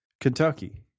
Kentucky